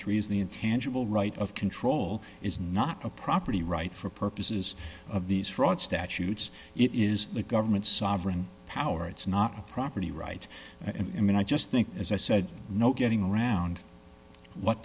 three is the intangible right of control is not a property right for purposes of these fraud statutes it is the government's sovereign power it's not property right and i mean i just think as i said no getting around what